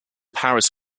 paris